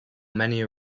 many